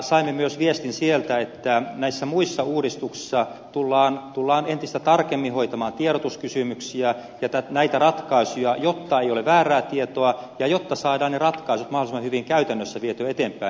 saimme myös viestin sieltä että näissä muissa uudistuksissa tullaan entistä tarkemmin hoitamaan tiedotuskysymyksiä ja näitä ratkaisuja jotta ei ole väärää tietoa ja jotta saadaan ne ratkaisut mahdollisimman hyvin käytännössä vietyä eteenpäin